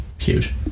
Huge